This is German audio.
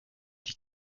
die